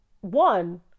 one